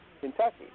Kentucky